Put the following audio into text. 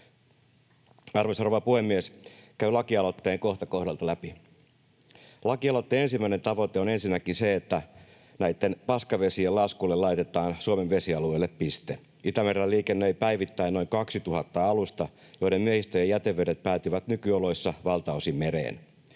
Arvoisa rouva puhemies! Käyn lakialoitteen kohta kohdalta läpi. Lakialoitteen ensimmäinen tavoite on ensinnäkin se, että näitten paskavesien laskulle Suomen vesialueelle laitetaan piste. Itämerellä liikennöi päivittäin noin 2 000 alusta, joiden miehistöjen jätevedet päätyivät nykyoloissa valtaosin mereen.